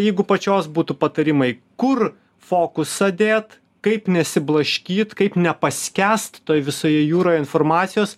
jeigu pačios būtų patarimai kur fokusą dėt kaip nesiblaškyt kaip nepaskęst toj visoje jūroje informacijos